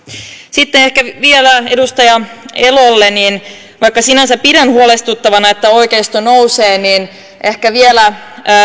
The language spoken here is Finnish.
sitten ehkä vielä edustaja elolle vaikka sinänsä pidän huolestuttavana että oikeisto nousee niin ehkä